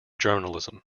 journalism